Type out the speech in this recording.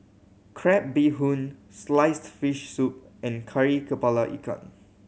crab bee hoon sliced fish soup and Kari Kepala Ikan